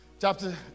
Chapter